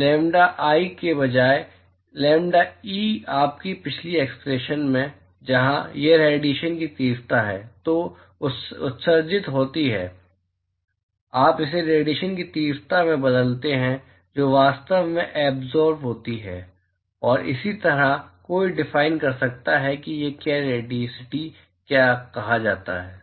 lambda i के बजाय मैं लैम्ब्डा ई आपकी पिछली एक्सप्रेशन में जहां यह रेडिएशन की तीव्रता है जो उत्सर्जित होती है आप इसे रेडिएशन की तीव्रता से बदलते हैं जो वास्तव में एब्ज्रोब होती है और इसी तरह कोई डिफाइन कर सकता है कि क्या है रेडियोसिटी कहा जाता है